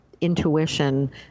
Intuition